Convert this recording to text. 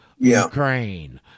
Ukraine